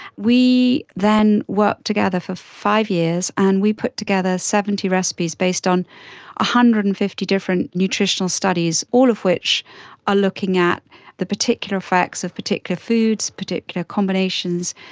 we then worked together for five years and we put together seventy recipes based on one ah hundred and fifty different nutritional studies, all of which are looking at the particular effects of particular foods, particular combinations,